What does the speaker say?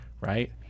right